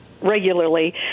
regularly